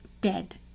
Dead